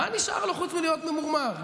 מה נשאר לו חוץ מלהיות ממורמר?